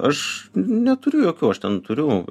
aš neturiu jokių aš ten turiu